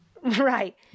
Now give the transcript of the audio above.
right